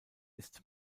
ist